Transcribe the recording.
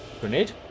grenade